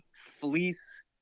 fleece